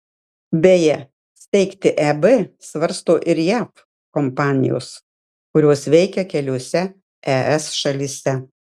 beje steigti eb svarsto ir jav kompanijos kurios veikia keliose es šalyse